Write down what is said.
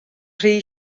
rhy